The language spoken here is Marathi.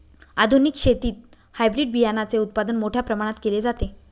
आधुनिक शेतीत हायब्रिड बियाणाचे उत्पादन मोठ्या प्रमाणात केले जाते